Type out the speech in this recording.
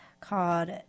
Called